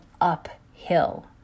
uphill